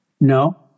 No